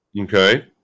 Okay